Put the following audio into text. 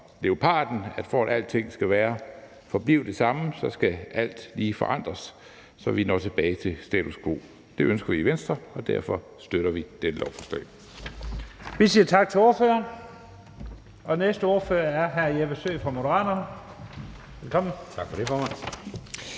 at for at alting skal forblive det samme, skal alt lige forandres, så vi når tilbage til status quo. Det ønsker vi i Venstre, og derfor støtter vi dette lovforslag.